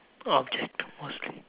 object mostly